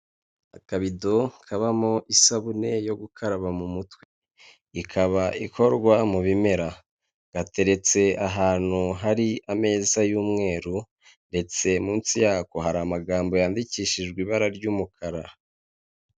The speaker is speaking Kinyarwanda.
Akabido kabamo isabune yo gukaraba mu mutwe. Ikaba ikorwa mu bimera. Gateretse ahantu hari ameza y'umweru ndetse munsi yako hari amagambo yandikishijwe ibara ry'umukara.